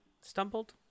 stumbled